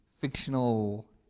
fictional